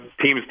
teams